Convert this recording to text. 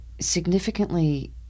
significantly